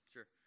Sure